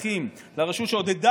לרשות שאליה הם שייכים,